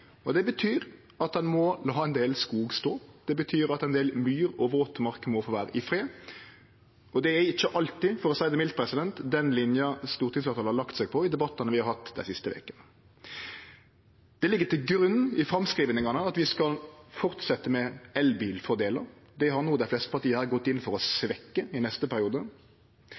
det betyr at ein må la ein del skog stå. Det betyr at ein del myr og våtmark må få vere i fred. Det er ikkje alltid den linja stortingsfleirtalet har lagt seg på i debattane vi har hatt dei siste vekene, for å seie det mildt. Det ligg til grunn i framskrivingane at vi skal fortsetje med elbilfordelar – det har no dei fleste partia her gått inn for å svekkje i neste periode.